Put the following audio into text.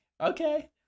Okay